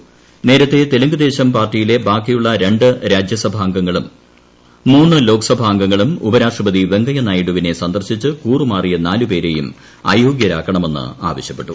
പൂർണ്ണ് നേരത്തെ തെലുങ്കുദേശം പാർട്ടിയിലെ ബാക്കിയുള്ളിക്ക് ർണ്ടു രാജ്യസഭാംഗങ്ങളും മൂന്ന് ലോക്സഭാ അംഗങ്ങളും ഉപരാഷ്ട്രപതി വെങ്കയ്യനായിഡുവിനെ സന്ദർശിച്ച് കൂറുമാറിയ ്നാലുപേരെയും അയോഗ്യരാക്കണമെന്ന് ആവശ്യപ്പെട്ടു